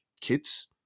kids